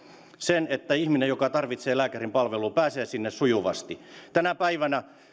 sen että ihminen joka tarvitsee lääkärin palvelua pääsee sinne sujuvasti tänä päivänä